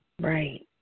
Right